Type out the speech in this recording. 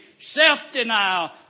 self-denial